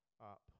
up